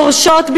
דורשות,